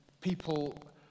people